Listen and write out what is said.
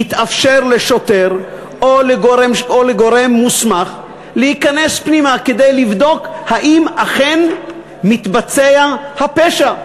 יתאפשר לשוטר או לגורם מוסמך להיכנס פנימה כדי לבדוק אם אכן מתבצע הפשע.